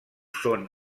són